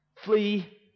Flee